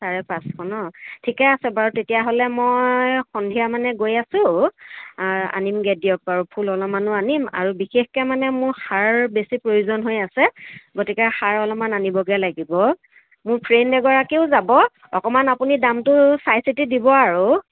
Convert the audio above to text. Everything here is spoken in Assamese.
চাৰে পাঁচশ ন ঠিকে আছে বাৰু তেতিয়াহ'লে মই সন্ধিয়া মানে গৈ আছোঁ আনিমগে দিয়ক বাৰু ফুল অলপমানো আনিম আৰু বিশেষকে মানে মোৰ সাৰ বেছি প্ৰয়োজন হৈ আছে গতিকে সাৰ অলপমান আনিবগে লাগিব মোৰ ফ্ৰেণ্ড এগৰাকীও যাব অকণমান আপুনি দামটো চাই চিতি দিব আৰু